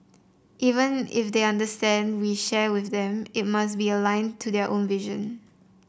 even if they understand we share with them it must be aligned to their own vision